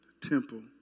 temple